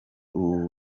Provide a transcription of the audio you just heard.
ubu